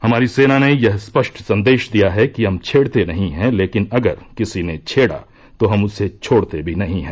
हमारी सेना ने यह स्पष्ट संदेश दिया है कि हम छेड़ते नहीं हैं लेकिन अगर किसी ने छेडा तो हम उसे छोडते भी नहीं हैं